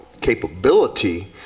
capability